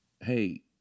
Hey